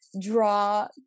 draw